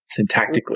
syntactically